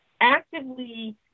actively